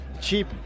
Cheap